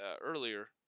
earlier